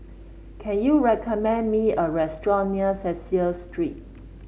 can you recommend me a restaurant near Cecil Street